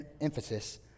emphasis